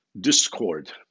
discord